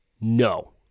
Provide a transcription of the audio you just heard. no